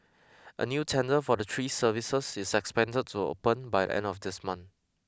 a new tender for the three services is expected to open by the end of this month